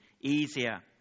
easier